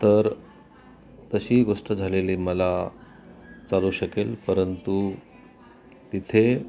तर तशीही गोष्ट झालेली मला चालू शकेल परंतु तिथे